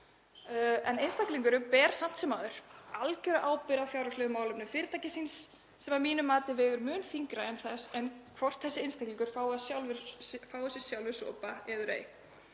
En einstaklingurinn ber samt sem áður algjöra ábyrgð á fjárhagslegum málefnum fyrirtækisins sem að mínu mati vegur mun þyngra en það hvort þessi einstaklingur fái sér sjálfur sopa eður ei.